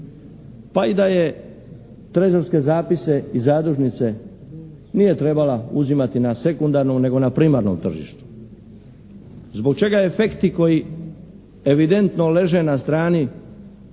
Pa i da je trezorske zapise i zadužnice nije trebala uzimati na sekundarnu nego na primarnom tržištu. Zbog čega efekti koji evidentno leže na strani